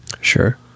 Sure